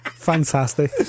Fantastic